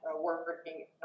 working